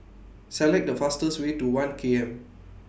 Select The fastest Way to one K M